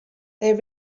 they